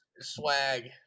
swag